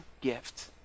gift